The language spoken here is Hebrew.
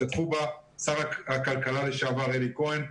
השתתפו בה שר הכלכלה לשעבר אלי כהן,